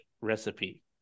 recipe